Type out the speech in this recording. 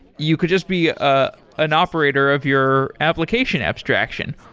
you could just be ah an operator of your application abstraction.